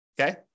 Okay